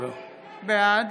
בעד